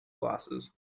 glasses